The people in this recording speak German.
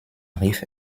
rief